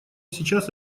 сейчас